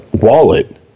wallet